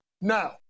Now